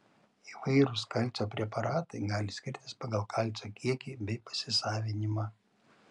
įvairūs kalcio preparatai gali skirtis pagal kalcio kiekį bei pasisavinimą